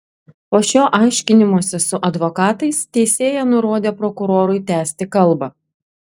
po šio aiškinimosi su advokatais teisėja nurodė prokurorui tęsti kalbą